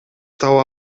таба